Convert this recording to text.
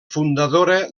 fundadora